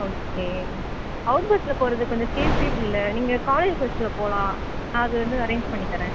okay out பஸ்சில் போகிறது கொஞ்சம் சேஃபே இல்லை நீங்கள் காலேஜ் பஸ்சில் போகலாம் நான் அது வந்து அரேஞ்ச் பண்ணி தரேன்